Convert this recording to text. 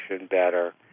better